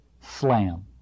Slam